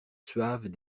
suaves